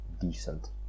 decent